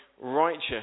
Righteous